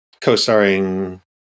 Co-starring